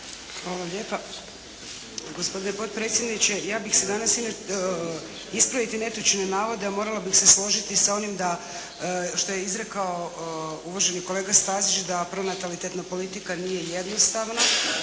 Hvala lijepa. Gospodine potpredsjedniče, ja bih se danas, ispraviti netočne navode, a morala bih se složiti sa onim što je izrekao uvaženi kolega Stazić, da pronatalitetna politika nije jednostavna,